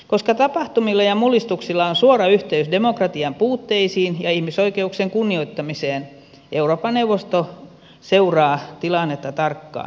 koska tapahtumilla ja mullistuksilla on suora yhteys demokratian puutteisiin ja ihmisoikeuksien kunnioittamiseen euroopan neuvosto seuraa tilannetta tarkkaan